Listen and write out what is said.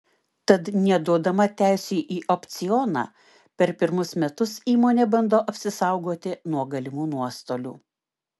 tad neduodama teisių į opcioną per pirmus metus įmonė bando apsisaugoti nuo galimų nuostolių